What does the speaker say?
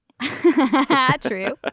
True